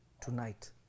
tonight